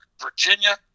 Virginia